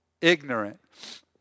ignorant